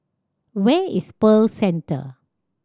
where is Pearl Centre